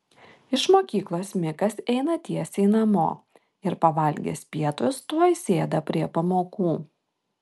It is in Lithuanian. iš mokyklos mikas eina tiesiai namo ir pavalgęs pietus tuoj sėda prie pamokų